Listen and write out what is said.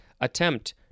attempt